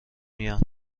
میان